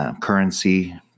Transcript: currency